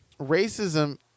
racism